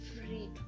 free